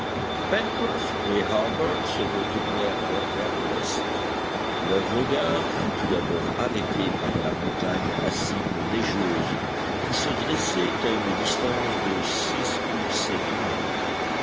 et harbert se retournèrent alors vers l'ouest leur regard fut tout d'abord arrêté par la montagne à cime neigeuse qui se dressait à une distance de six ou sept milles